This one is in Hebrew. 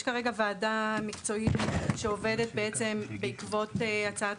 יש כרגע ועדה מקצועית שעובדת בעקבות הצעת